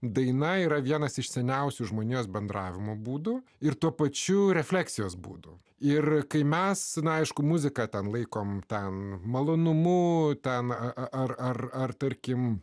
daina yra vienas iš seniausių žmonijos bendravimo būdų ir tuo pačiu refleksijos būdu ir kai mes aišku muziką ten laikom ten malonumu ten ar ar ar tarkim